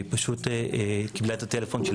היא פשוט קיבלה את הטלפון שלי